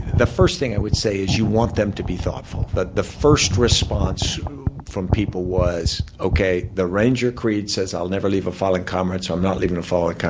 the first thing i would say is you want them to be thoughtful. but the first response from people was, okay, the ranger creed says i'll never leave a fallen comrade, so i'm not leaving a fallen